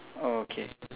okay